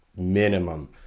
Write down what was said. minimum